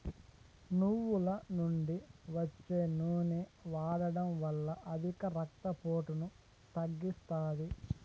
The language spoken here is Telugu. నువ్వుల నుండి వచ్చే నూనె వాడడం వల్ల అధిక రక్త పోటును తగ్గిస్తాది